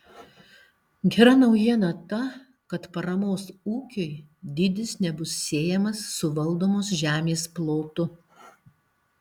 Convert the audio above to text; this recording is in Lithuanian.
gera naujiena ta kad paramos ūkiui dydis nebus siejamas su valdomos žemės plotu